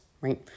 Right